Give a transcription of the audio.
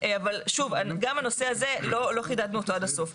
אבל שוב, גם הנושא הזה לא חידדנו אותו עד הסוף.